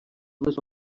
dues